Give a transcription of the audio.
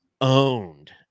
owned